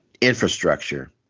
infrastructure